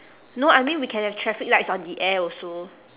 no I mean we can have traffic lights on the air also